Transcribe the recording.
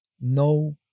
no